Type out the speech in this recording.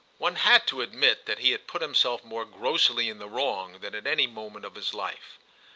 one had to admit that he had put himself more grossly in the wrong than at any moment of his life.